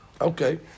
Okay